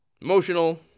emotional